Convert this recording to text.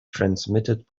transmitted